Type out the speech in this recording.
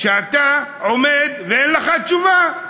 ואתה עומד ואין לך תשובה.